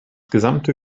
gesamte